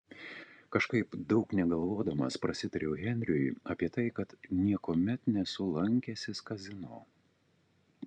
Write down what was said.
kažkaip daug negalvodamas prasitariau henriui apie tai kad niekuomet nesu lankęsis kazino